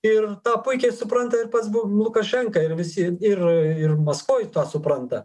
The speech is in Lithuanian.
ir tą puikiai supranta ir pats lukašenka ir visi ir ir maskvoj tą supranta